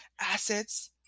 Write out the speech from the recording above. assets